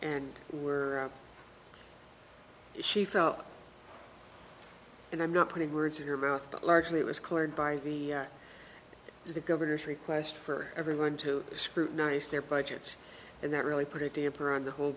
and were she felt and i'm not putting words in her mouth but largely it was cleared by the to the governor's request for everyone to scrutinize their budgets and that really put a damper on the whole